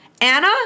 Anna